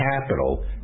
capital